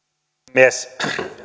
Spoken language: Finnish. puhemies